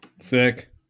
Sick